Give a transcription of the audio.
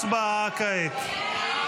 הצבעה כעת.